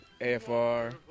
AFR